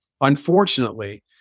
Unfortunately